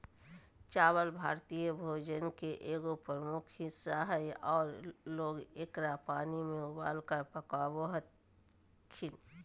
चावल भारतीय भोजन के एगो प्रमुख हिस्सा हइ आऊ लोग एकरा पानी में उबालकर पकाबो हखिन